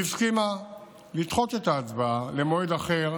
היא הסכימה לדחות את ההצבעה למועד אחר